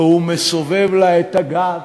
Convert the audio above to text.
והוא מסובב לה את הגב